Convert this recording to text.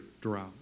drought